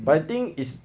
but I think it's